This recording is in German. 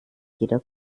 jeder